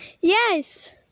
Yes